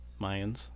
Mayans